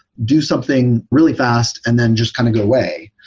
do something really fast and then just kind of go away.